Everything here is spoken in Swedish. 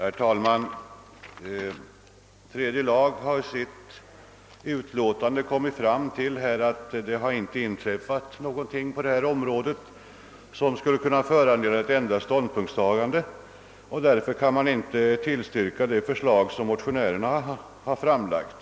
Herr talman! Tredje lagutskottet har i sitt utlåtande konstaterat att det inte har inträffat någonting på detta område, som skulle kunna föranleda ett ändrat ståndspunktstagande, och vill därför inte tillstyrka det förslag som motionärerna har framlagt.